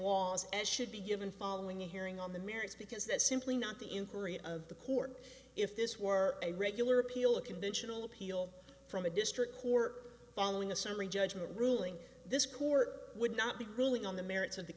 laws as should be given following a hearing on the merits because that's simply not the inquiry of the court if this were a regular appeal a conventional appeal from a district court following a summary judgment ruling this court would not be ruling on the merits of the